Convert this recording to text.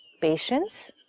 patience